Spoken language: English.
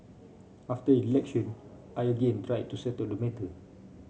after election I again tried to settle the matter